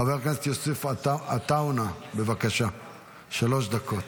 חבר הכנסת יוסף עטאונה, בבקשה, שלוש דקות.